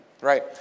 right